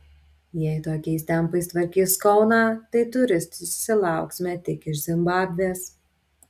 jei tokiais tempais tvarkys kauną tai turistų susilauksime tik iš zimbabvės